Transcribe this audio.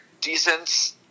decent